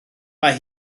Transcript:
mae